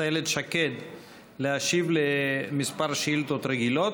איילת שקד להשיב על כמה שאילתות רגילות.